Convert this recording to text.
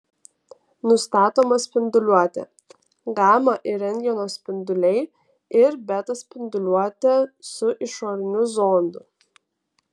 nustatoma spinduliuotė gama ir rentgeno spinduliai ir beta spinduliuotė su išoriniu zondu